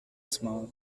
small